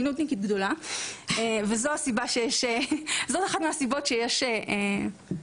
אני נודניקית גדולה וזו אחת מהסיבות שיש ---,